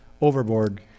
overboard